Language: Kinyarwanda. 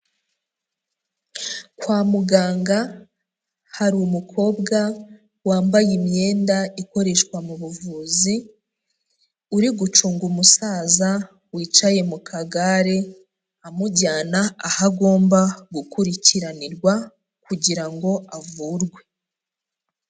Kwa muganga hari umukobwa wambaye imyenda ikoreshwa mu buvuzi, uri gucunga umusaza wicaye mu kagare, amujyana aho agomba gukurikiranirwa, kugira ngo avurwe.